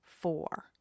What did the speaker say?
four